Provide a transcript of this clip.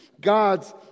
God's